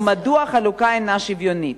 ומדוע החלוקה אינה שוויונית?